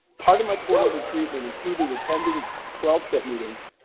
part of my court-ordered treatment, including attending twelve step meetings,